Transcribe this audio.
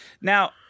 Now